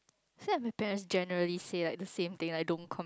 so if my parents generally say like the same thing like don't